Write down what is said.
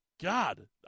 God